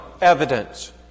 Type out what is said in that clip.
evidence